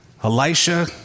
Elisha